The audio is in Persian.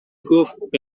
گفتبه